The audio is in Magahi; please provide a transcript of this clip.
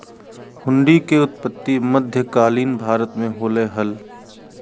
हुंडी के उत्पत्ति मध्य कालीन भारत मे होलय हल